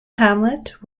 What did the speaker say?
hamlet